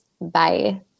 bye